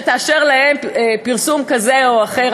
שתאשר להם פרסום כזה או אחר,